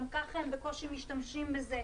גם ככה הם בקושי משתמשים בזה,